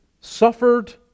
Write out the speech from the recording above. Suffered